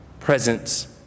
Presence